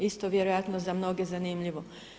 Isto vjerojatno za mnoge zanimljivo.